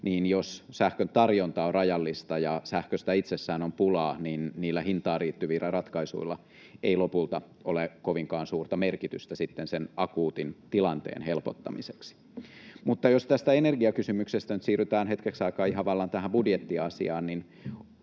niin jos sähkön tarjonta on rajallista ja sähköstä itsessään on pulaa, niin niillä hintaan liittyvillä ratkaisuilla ei lopulta ole kovinkaan suurta merkitystä sitten sen akuutin tilanteen helpottamiseksi. Mutta jos tästä energiakysymyksestä nyt siirrytään hetkeksi aikaa ihan vallan tähän budjettiasiaan,